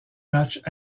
matchs